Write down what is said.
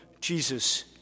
Jesus